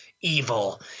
evil